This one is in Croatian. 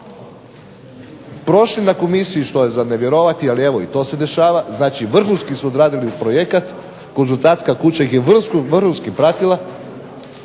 Prošli na komisiji što je za ne vjerovati, ali evo i to se dešava. Znači, vrhunski su odradili projekat. Konzultantska kuća ih je vrhunski pratila.